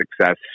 success